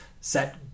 set